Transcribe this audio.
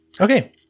Okay